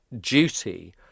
duty